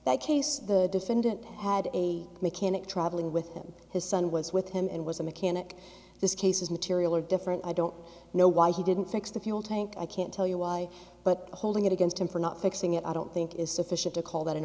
that case the defendant had a mechanic traveling with him his son was with him and was a mechanic this case is material or different i don't know why he didn't fix the fuel tank i can't tell you why but holding it against him for not fixing it i don't think is sufficient to call that an